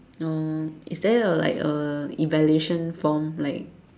um is there a like a evaluation form like